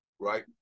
right